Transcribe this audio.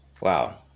Wow